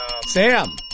Sam